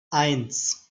eins